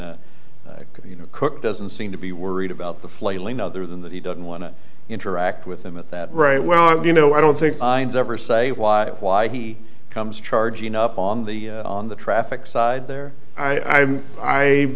mean you know cook doesn't seem to be worried about the flailing other than that he doesn't want to interact with them at that right well you know i don't think i'd ever say why why he comes charging up on the on the traffic side there i'm i